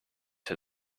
see